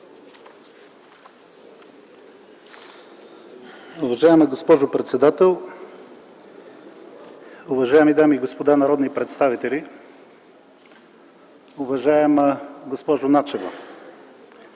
Уважаема госпожо председател, уважаеми дами и господа народни представители, уважаема госпожо Начева!